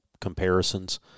comparisons